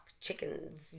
chickens